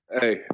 Hey